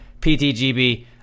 PTGB